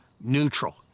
neutral